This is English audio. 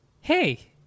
Hey